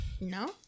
No